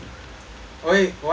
why got one enemy